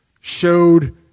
showed